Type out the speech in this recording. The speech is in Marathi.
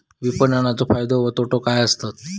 विपणाचो फायदो व तोटो काय आसत?